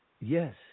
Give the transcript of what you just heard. Yes